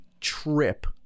trip